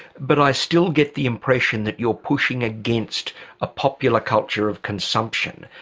but i still get the impression that you're pushing against a popular culture of consumption.